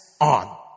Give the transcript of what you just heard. on